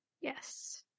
Yes